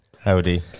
Howdy